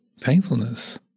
painfulness